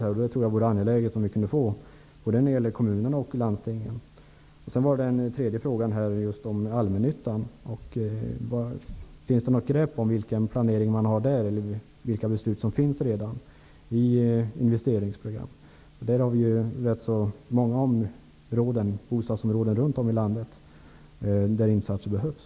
Jag tror att det vore angeläget att få en sådan när det gäller både kommunerna och landstingen. Min tredje fråga gällde Allmännyttan. Finns det i investeringsprogram något grepp om planeringen och om vilka beslut som redan är fattade i investeringsprogram? I rätt många bostadsområden runt om i landet behöver ju insatser göras.